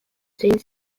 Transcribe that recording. zein